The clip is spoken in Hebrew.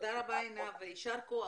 תודה רבה, עינב, ויישר כוח.